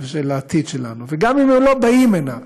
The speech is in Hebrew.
ושל העתיד שלנו, וגם אם הם לא באים הנה,